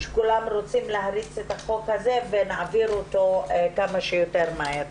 כולם רוצים להריץ את החוק הזה ונעביר אותו כמה שיותר מהר.